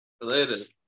related